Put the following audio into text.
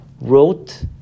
wrote